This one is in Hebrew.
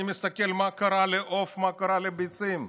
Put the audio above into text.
אני מסתכל מה קרה לעוף, מה קרה לביצים,